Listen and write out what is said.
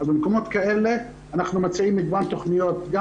במקומות כאלה אנחנו מציעים מגוון תוכניות גם